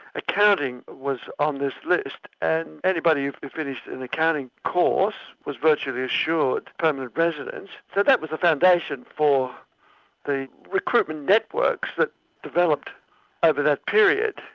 accounting was on this list, and anybody who finished an accounting course was virtually assured of permanent residence. so that was the foundation for the recruitment networks that developed over that period.